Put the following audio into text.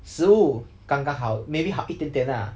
食物刚刚好 maybe 好一点点 lah